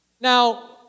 Now